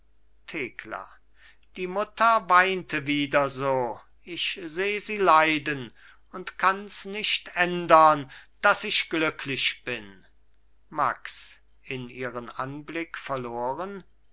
thekla die mutter weinte wieder so ich seh sie leiden und kanns nicht ändern daß ich glücklich bin max in ihren anblick verloren